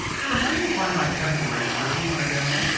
hey, remind me to find my kevin durant jersey when i get home.